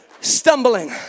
stumbling